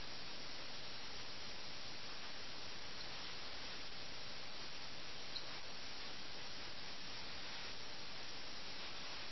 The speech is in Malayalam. ആരും അറിയുകയില്ല ദൂതൻ വെറുംകൈയോടെ മടങ്ങുകയും ചെയ്യും